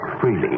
freely